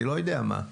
אני לא יודע מה.